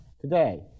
today